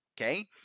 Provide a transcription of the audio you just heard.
Okay